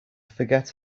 forget